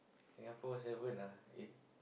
Singapore seven ah eight